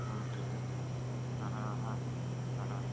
ആ okay then ആഹാ ആഹാ ആഹാ